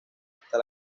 hasta